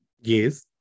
Yes